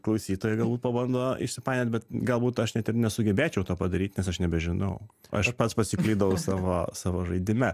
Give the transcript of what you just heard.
klausytojai galbūt pabando išsipainiot bet galbūt aš net ir nesugebėčiau to padaryt nes aš nebežinau aš pats pasiklydau savo savo žaidime